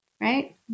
right